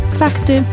fakty